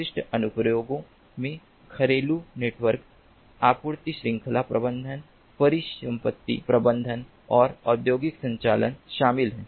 विशिष्ट अनुप्रयोगों में घरेलू नेटवर्क आपूर्ति श्रृंखला प्रबंधन परिसंपत्ति प्रबंधन और औद्योगिक स्वचालन शामिल हैं